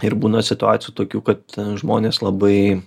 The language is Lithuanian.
ir būna situacijų tokių kad žmonės labai